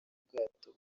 ubwato